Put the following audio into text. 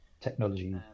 Technology